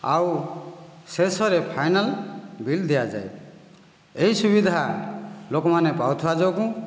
ଆଉ ଶେଷରେ final bill ଦିଆଯାଏ ଏହି ସୁବିଧା ଲୋକମାନେ ପାଉଥିବା ଯୋଗୁଁ